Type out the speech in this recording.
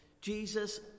Jesus